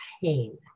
pain